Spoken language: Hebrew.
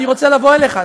אני רוצה לבוא אליך,